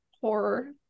horror